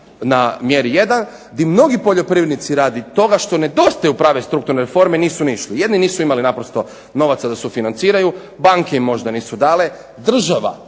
na mjeri jedan, gdje mnogi poljoprivrednici radi toga što nedostaju u pravoj strukturnoj formi nisu ni išli. Jedni nisu imali naprosto novaca da sufinanciraju, banke im možda nisu dale, država